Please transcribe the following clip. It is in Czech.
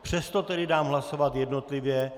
Přesto tedy dám hlasovat jednotlivě.